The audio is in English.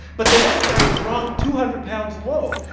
but the next guy is wrong two hundred pounds low.